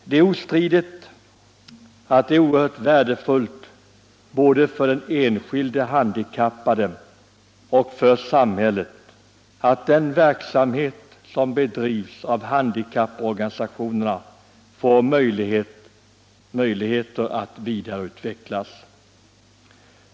Det är ostridigt att det är oerhört värdefullt både för den enskilde handikappade och för samhället att den verksamhet som bedrivs av handikapporganisationerna får möjligheter att vidareutvecklas.